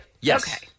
yes